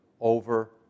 over